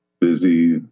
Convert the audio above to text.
busy